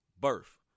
birth